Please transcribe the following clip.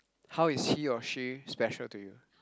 how is he or she special to you